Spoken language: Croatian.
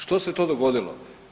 Što se to dogodilo?